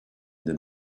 them